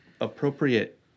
appropriate